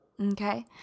Okay